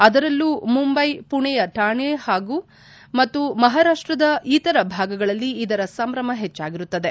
ಅದರಲ್ಲೂ ಮುಂಬೈ ಪುಣೆಯ ಠಾಣೆ ಜಿಲ್ಲೆ ಮತ್ತು ಮಹಾರಾಷ್ಷದ ಇತರ ಭಾಗಗಳಲ್ಲಿ ಇದರ ಸಂಭ್ರಮ ಹೆಚ್ಚಾಗಿರುತ್ತದೆ